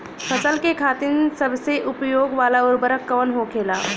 फसल के खातिन सबसे उपयोग वाला उर्वरक कवन होखेला?